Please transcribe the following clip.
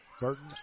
Burton